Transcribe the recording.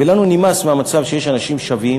ולנו נמאס מהמצב שיש אנשים שווים